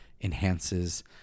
enhances